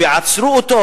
ועצרו אותו.